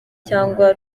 cyangwa